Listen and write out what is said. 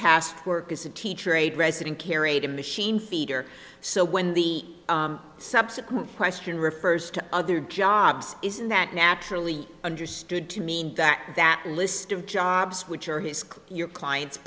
past work as a teacher a dress and carried a machine feeder so when the subsequent question refers to other jobs isn't that naturally understood to mean that that list of jobs which are his your client